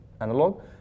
analog